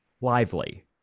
lively